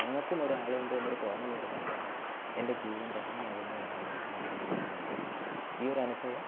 ഞങ്ങൾക്കും ഒരാളുണ്ട് എന്നൊരു തോന്നൽ വരുന്നിടത്താണ് എൻ്റെ ജീവിതം ധന്യമാകുന്നു എന്നുള്ളൊരു മോമെൻറ്റിലേക്ക് ഞാൻ എത്തിയത് ഈ ഒരനുഭവം